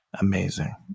Amazing